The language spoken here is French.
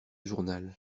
journal